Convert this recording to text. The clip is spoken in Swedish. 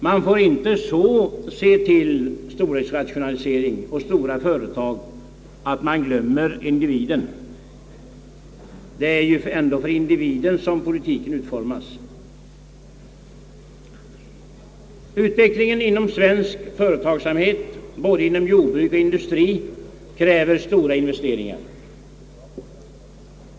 Man får inte så hårt se till storhetsrationalisering och stora företag att man glömmer individen. Det är ändå för individen som politiken utformas. Utvecklingen inom svensk företagsamhet, både inom jordbruk och industri, kräver stora investeringar.